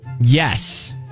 Yes